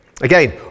Again